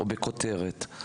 או בכותרת.